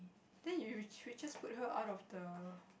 then you should just put her out of the